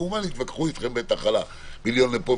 כמובן שיתווכחו איתכם בטח על המיליון לפה,